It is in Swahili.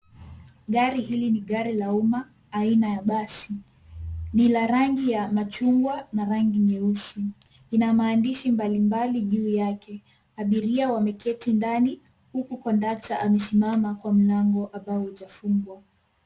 Gari hili ni gari la umma aina ya basi. Ni la rangi ya machungwa na rangi nyeusi. Ina maandishi mbalimbali juu yake. Abiria wameketi ndani, huku kondakta amesimama kwa mlango ambao hujafungwa.